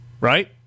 Right